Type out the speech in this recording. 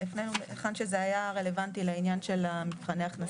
היכן שזה היה רלוונטי לעניין של מבחני הכנסה.